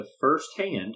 firsthand